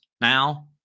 now